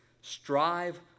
strive